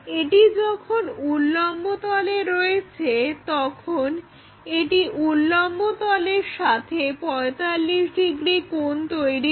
এটি যখন উল্লম্ব তলে রয়েছে তখন এটি উল্লম্ব তলের সাথে 45 ডিগ্রি কোণ তৈরি করে